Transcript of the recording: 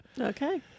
Okay